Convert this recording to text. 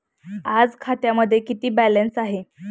आज खात्यामध्ये किती बॅलन्स आहे?